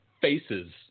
faces